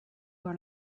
were